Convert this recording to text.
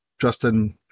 Justin